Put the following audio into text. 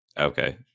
Okay